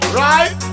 right